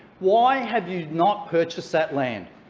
why have you not purchased that land?